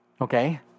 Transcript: Okay